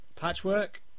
patchwork